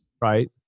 right